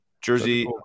Jersey